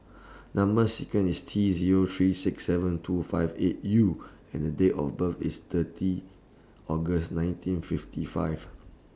Number sequence IS T Zero three six seven two five eight U and Date of birth IS thirty August nineteen fifty five